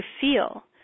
feel